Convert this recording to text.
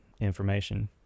information